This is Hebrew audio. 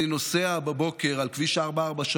אני נוסע בבוקר על כביש 443,